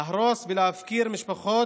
להרוס ולהפקיר משפחות.